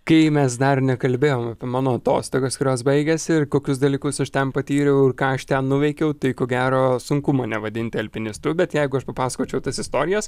kai mes dar nekalbėjom apie mano atostogas kurios baigėsi ir kokius dalykus aš ten patyriau ir ką aš ten nuveikiau tai ko gero sunku mane vadinti alpinistu bet jeigu aš papasakočiau tas istorijas